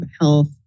health